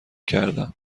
کردم